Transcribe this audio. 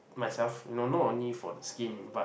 myself you know not only for the skin but